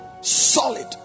solid